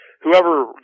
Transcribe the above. whoever